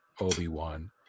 Obi-Wan